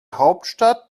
hauptstadt